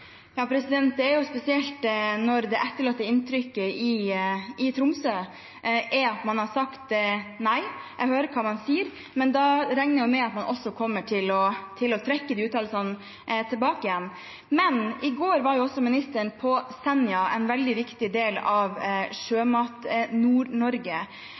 Det er spesielt når det etterlatte inntrykket i iTrømsø er at man har sagt nei. Jeg hører hva han sier, men da regner jeg med at han kommer til å trekke de uttalelsene tilbake. I går var ministeren på Senja, en veldig viktig del av